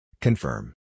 Confirm